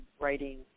writing